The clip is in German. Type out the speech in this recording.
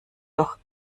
doch